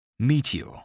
Meteor